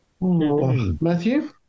Matthew